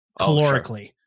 calorically